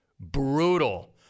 Brutal